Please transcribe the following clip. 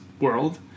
world